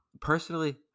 personally